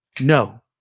No